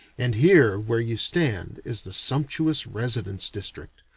and here where you stand is the sumptuous residence district.